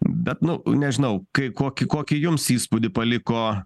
bet nu nežinau kai kokį kokį jums įspūdį paliko